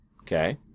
okay